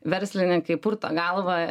verslininkai purto galvą